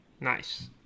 Nice